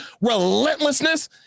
relentlessness